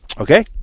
Okay